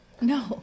No